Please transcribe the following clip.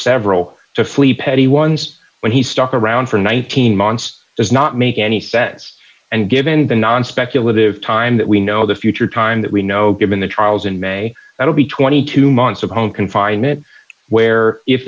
several to flee petty ones when he stuck around for nineteen months does not make any sense and given the non speculative time that we know the future time that we know given the trials in may i will be twenty two months of home confinement where if